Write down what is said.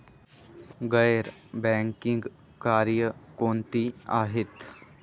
गैर बँकिंग कार्य कोणती आहेत?